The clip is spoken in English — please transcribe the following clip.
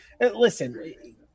listen